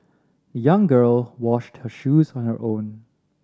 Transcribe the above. the young girl washed her shoes on her own